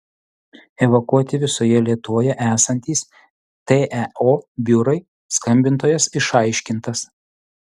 evakuoti visoje lietuvoje esantys teo biurai skambintojas išaiškintas